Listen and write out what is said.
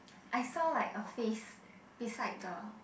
I saw like a face beside the